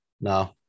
no